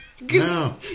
No